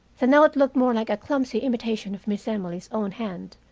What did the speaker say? the note looked more like a clumsy imitation of miss emily's own hand.